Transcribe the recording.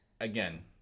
again